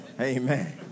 Amen